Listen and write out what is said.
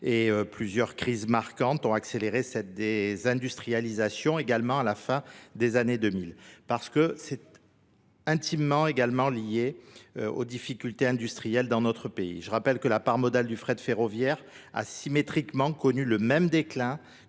et plusieurs crises marquantes ont accéléré cette des industrialisations également à la fin des années 2000 parce que c'est intimement également lié aux difficultés industrielles dans notre pays. Je rappelle que la part modale du frais de ferroviaire a symétriquement connu le même déclin